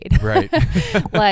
Right